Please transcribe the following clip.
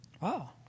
Wow